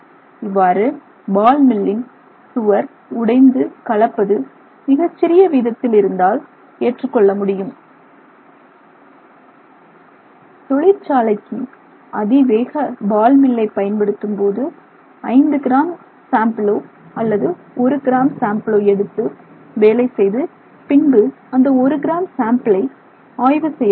இவ்வாறு பால் மில்லின் சுவர் உடைந்து கலப்பது மிக சிறிய வீதத்தில் இருந்தால் ஏற்றுக் கொள்ள முடியும் தொழிற்சாலைக்கு அதிவேக பால் மில்லை பயன்படுத்தும் போது 5 கிராம் சாம்பிளோ அல்லது ஒரு கிராம் சாம்பிளோ எடுத்து வேலை செய்து பின்பு அந்த 1 கிராம் சாம்பிளை ஆய்வு செய்ய வேண்டும்